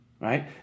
Right